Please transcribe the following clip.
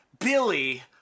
Billy